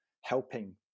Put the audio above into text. helping